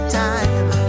time